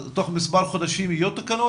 תוך מספר חודשים יהיו תקנות?